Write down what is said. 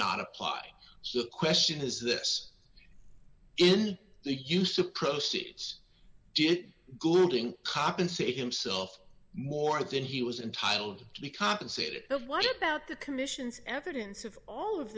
not apply so the question is this in the use of proceeds did goulding compensate himself more than he was entitled to be compensated what about the commission's evidence of all of